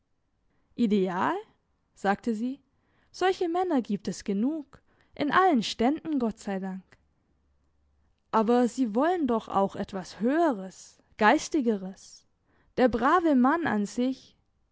ideal sagte sie solche männer gibt es genug in allen ständen gott sei dank aber sie wollen doch auch etwas höheres geistigeres der brave mann an sich der